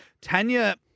Tanya